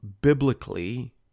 biblically